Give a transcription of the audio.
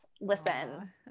Listen